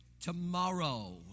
tomorrow